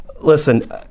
Listen